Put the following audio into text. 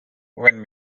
when